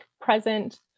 present